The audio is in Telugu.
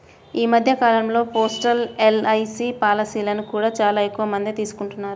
ఈ మధ్య కాలంలో పోస్టల్ ఎల్.ఐ.సీ పాలసీలను కూడా చాలా ఎక్కువమందే తీసుకుంటున్నారు